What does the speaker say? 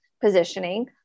positioning